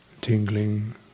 tingling